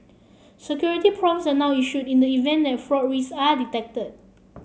security prompts are now issued in the event that fraud risks are detected